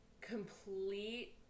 Complete